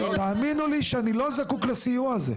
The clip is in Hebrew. תאמינו לי שאני לא זקוק לסיוע הזה.